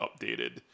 updated